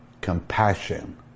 Compassion